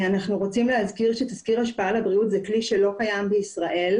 אנחנו רוצים להזכיר שתסקיר השפעה על הבריאות הוא כלי שלא קיים בישראל.